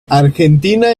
argentina